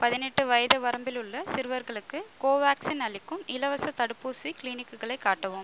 பதினெட்டு வயது வரம்பில் உள்ள சிறுவர்களுக்கு கோவேக்சின் அளிக்கும் இலவச தடுப்பூசி கிளினிக்குகளை காட்டவும்